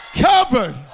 Covered